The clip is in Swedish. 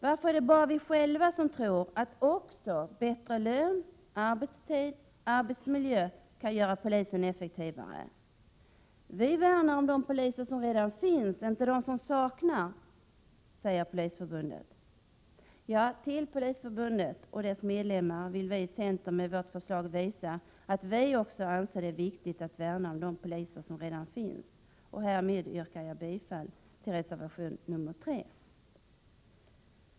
Varför är det bara vi själva som tror att också bättre lön, arbetstid och arbetsmiljö kan göra polisen effektivare? Vi värnar om de poliser som redan finns — inte om dem som saknas. Polisförbundet och dess medlemmar vill vi i centern med vårt förslag visa att också vi anser det viktigt att värna om de poliser som redan finns. Härmed yrkar jag bifall till reservation nr 3.